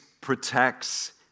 protects